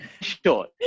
short